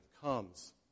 comes